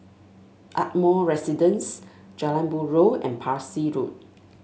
Ardmore Residence Jalan Buroh and Parsi Road